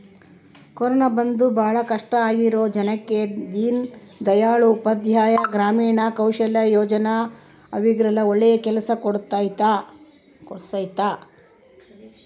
corona ಬಂದು ಭಾಳ ಕಷ್ಟ ಆಗಿರೋ ಜನಕ್ಕ ದೀನ್ ದಯಾಳ್ ಉಪಾಧ್ಯಾಯ ಗ್ರಾಮೀಣ ಕೌಶಲ್ಯ ಯೋಜನಾ ಅವ್ರಿಗೆಲ್ಲ ಒಳ್ಳೆ ಕೆಲ್ಸ ಕೊಡ್ಸುತ್ತೆ